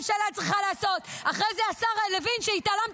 אף אחד לא דוחה את הגזענות